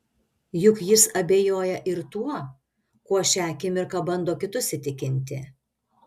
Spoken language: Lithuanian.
juk jis abejoja ir tuo kuo šią akimirką bando kitus įtikinti